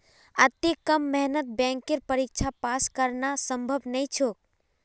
अत्ते कम मेहनतत बैंकेर परीक्षा पास करना संभव नई छोक